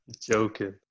Joking